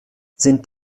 sind